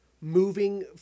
moving